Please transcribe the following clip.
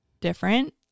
different